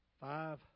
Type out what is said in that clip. Five